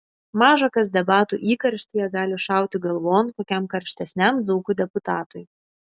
maža kas debatų įkarštyje gali šauti galvon kokiam karštesniam dzūkų deputatui